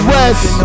West